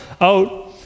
out